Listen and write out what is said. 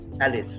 Alice